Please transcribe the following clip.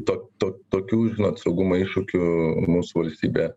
to to tokių žinot saugumo iššūkių mūsų valstybė